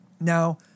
Now